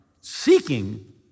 seeking